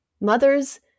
Mothers